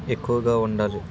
ఎక్కువగా ఉండాలి